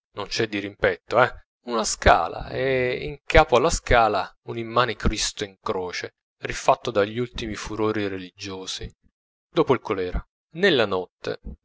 non c'è dirimpetto eh una scala e in capo alla scala un immane cristo in croce rifatto dagli ultimi furori religiosi dopo il colera nella notte